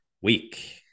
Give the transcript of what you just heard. week